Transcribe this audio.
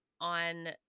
on